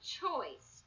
choice